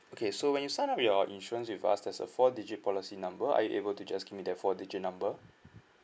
okay so when you sign up your insurance with us there's a four digit policy number are you able to just give that four digit number